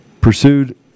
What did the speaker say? pursued